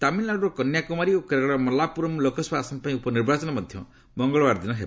ତାମିଲନାଡୁର କନ୍ୟାକୁମାରୀ ଓ କେରଳର ମଲ୍ଲାପୁରମ୍ ଲୋକସଭା ଆସନ ପାଇଁ ଉପନିର୍ବାଚନ ମଧ୍ୟ ମଙ୍ଗଳବାର ଦିନ ହେବ